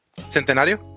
Centenario